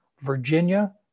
Virginia